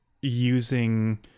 using